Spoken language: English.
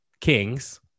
kings